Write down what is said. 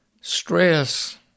stress